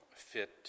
fit